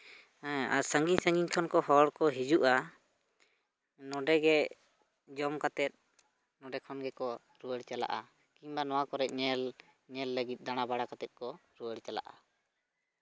ᱦᱮᱸ ᱥᱟᱺᱜᱤᱧ ᱥᱟᱺᱜᱤᱧ ᱠᱷᱚᱱ ᱠᱚ ᱦᱚᱲ ᱠᱚ ᱦᱤᱡᱩᱜᱼᱟ ᱱᱚᱰᱮᱜᱮ ᱡᱚᱢ ᱠᱟᱛᱮᱫ ᱱᱚᱸᱰᱮ ᱠᱷᱚᱱ ᱜᱮᱠᱚ ᱨᱩᱣᱟᱹᱲ ᱪᱟᱞᱟᱜᱼᱟ ᱠᱤᱢᱵᱟ ᱱᱚᱣᱟ ᱠᱚᱨᱮᱜ ᱧᱮᱞ ᱧᱮᱞ ᱞᱟᱹᱜᱤᱫ ᱫᱟᱬᱟ ᱵᱟᱬᱟ ᱠᱟᱛᱮᱜ ᱠᱚ ᱨᱩᱣᱟᱹᱲ ᱪᱟᱞᱟᱜᱼᱟ